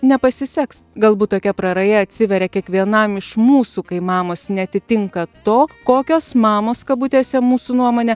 nepasiseks galbūt tokia praraja atsiveria kiekvienam iš mūsų kai mamos neatitinka to kokios mamos kabutėse mūsų nuomone